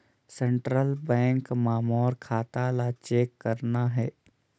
Central bank मां मोर खाता ला चेक करना हे?